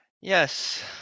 Yes